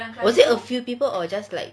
was it a few people or just like